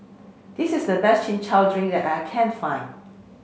this is the best Chin Chow Drink that I can find